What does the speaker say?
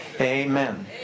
Amen